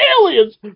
aliens